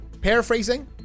paraphrasing